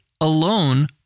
alone